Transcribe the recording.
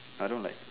I don't like